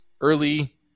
early